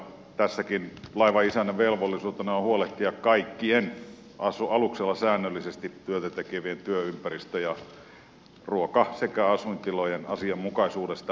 tässäkin laivanisännän velvollisuutena on huolehtia kaikkien aluksella säännöllisesti työtä tekevien työympäristön ja ruoka sekä asuintilojen asianmukaisuudesta